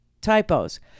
typos